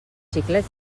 xiclets